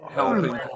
helping